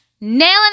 Nailing